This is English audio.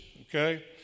okay